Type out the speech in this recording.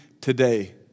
today